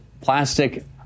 plastic